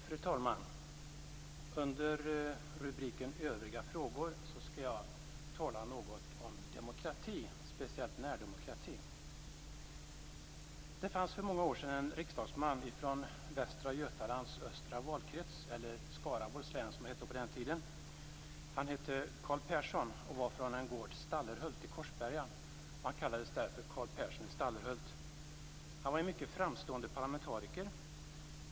Fru talman! Under rubriken Övriga frågor skall jag tala något om demokrati - speciellt närdemokrati. Det fanns för många år sedan en riksdagsman från Västra Götalands östra valkrets, eller Skaraborgs län som det hette på den tiden. Han hette Carl Persson och var från gården Stallerhult i Korsberga. Han kallades därför Carl Persson i Stallerhult. Han var en mycket framstående parlamentariker.